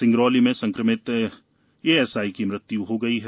सिंगरौली में संक्रमित एसआई की मृत्यु हो गई है